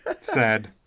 sad